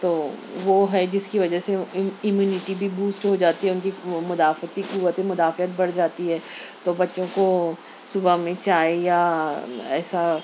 تو وہ ہے جس کی وجہ سے امیونٹی بھی بوسٹ ہو جاتی ہے ان کی وہ مدافعتی قوت مدافعت بڑھ جاتی ہے تو بچوں کو صبح میں چائے یا ایسا